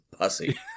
Pussy